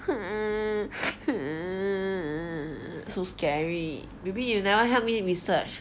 so scary baby you never help me research